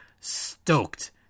stoked